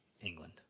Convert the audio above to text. England